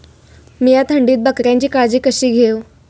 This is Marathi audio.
मीया थंडीत बकऱ्यांची काळजी कशी घेव?